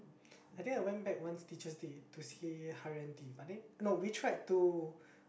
I think I went back once Teacher's Day to see Haryanti but then no we tried to